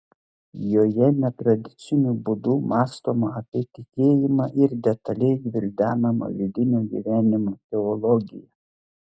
joje netradiciniu būdu mąstoma apie tikėjimą ir detaliai gvildenama vidinio gyvenimo teologija